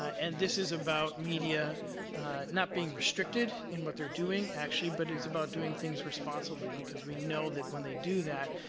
and this is about media not being restricted in what they are doing, actually, but it is about doing things responsibly, because we know that when they do that,